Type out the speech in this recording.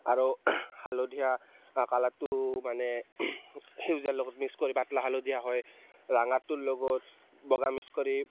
আৰু হালধীয়া কালাৰটো মানে সেউজীয়া লগত মিক্স কৰি পাতলা হালধীয়া হয় ৰঙাটোৰ লগত বগা মিক্স কৰি